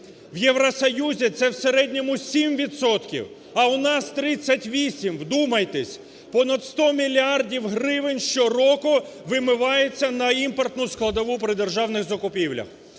В Євросоюзі це в середньому 7 відсотків, а у нас 38, вдумайтесь, понад 100 мільярдів гривень щороку вимивається на імпортну складову при державних закупівлях.